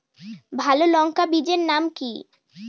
ভালো লঙ্কা বীজের নাম কি?